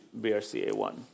BRCA1